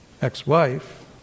ex-wife